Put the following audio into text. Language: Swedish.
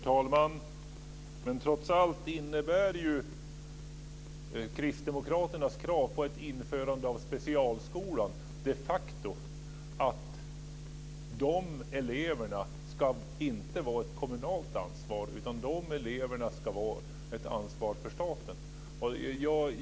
Herr talman! Trots allt innebär kristdemokraternas krav på ett införande av specialskolor de facto att dessa elever inte ska vara ett kommunalt ansvar, utan de ska vara ett ansvar för staten.